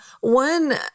one